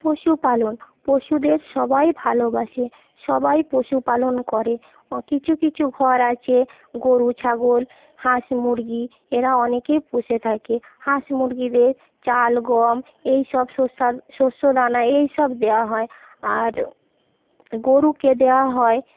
পশুপালন পশুদের সবাই ভালোবাসে সবাই পশুপালন করে কিছু কিছু ঘর আছে গরু ছাগল হাঁস মুরগি এরা অনেকেই পুষে থাকে হাঁস মুরগিদের চাল গম এই সব শস্যা শস্যদানা এইসব দেওয়া হয় আর গরুকে দেওয়া হয়